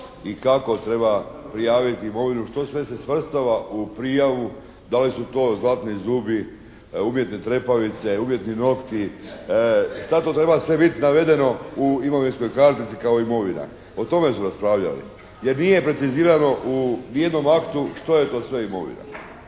i kako treba prijaviti imovinu. To sve se svrstava u prijavu. Da li su to zlatni zubi, umjetne trepavice, umjetni nokti. Šta to treba sve biti navedeno u imovinskoj kartici kao imovina? O tome su raspravljali. Jer nije precizirano u nijednom aktu što je to sve imovina.